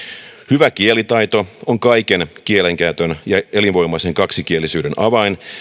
hyvä kielitaito on kaiken kielenkäytön ja elinvoimaisen kaksikielisyyden avain